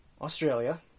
Australia